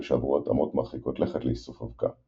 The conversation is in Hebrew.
שעברו התאמות מרחיקות לכת לאיסוף אבקה.